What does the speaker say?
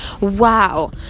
wow